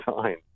time